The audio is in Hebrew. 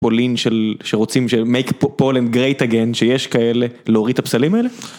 פולין שרוצים שיש כאלה להוריד את הפסלים האלה.